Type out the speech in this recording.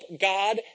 God